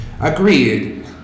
Agreed